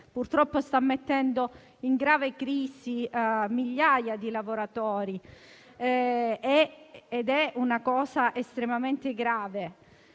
purtroppo sta mettendo in grave crisi migliaia di lavoratori. È una cosa estremamente grave,